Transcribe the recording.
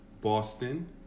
Boston